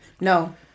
No